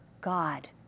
God